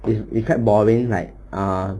it's it's quite boring like err